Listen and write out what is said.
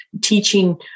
teaching